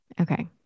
Okay